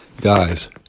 Guys